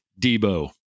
Debo